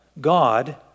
God